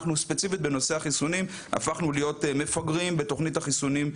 אנחנו ספציפית בנושא החיסונים הפכנו להיות מפגרים בתוכנית החיסונים,